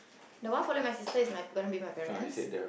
the one follow my sister is my gonna be my parents